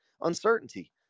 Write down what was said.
uncertainty